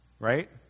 Right